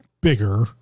bigger